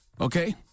Okay